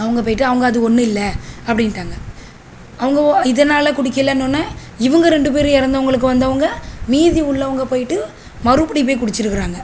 அவங்க போய்ட்டு அவங்க அது ஒன்றும் இல்லை அப்படின்டாங்க அவங்க இதனால குடிக்கலன்னவொடன்ன இவங்க ரெண்டு பேரும் இறந்தவங்களுக்கு வந்தவங்கள் மீதி உள்ளவங்கள் போய்ட்டு மறுபடியும் போய் குடிச்சிருக்கிறாங்க